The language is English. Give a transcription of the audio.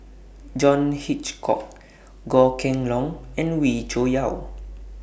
John Hitchcock Goh Kheng Long and Wee Cho Yaw